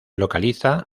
localiza